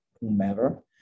whomever